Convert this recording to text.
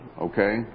okay